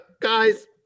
Guys